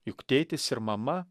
juk tėtis ir mama